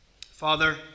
Father